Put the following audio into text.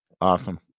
Awesome